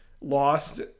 Lost